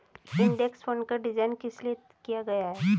Index fund का design किस लिए किया गया है?